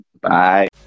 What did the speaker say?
Bye